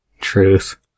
Truth